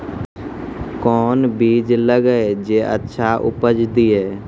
कोंन बीज लगैय जे अच्छा उपज दिये?